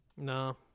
No